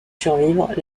survivre